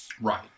right